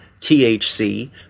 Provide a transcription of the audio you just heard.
THC